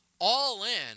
All-in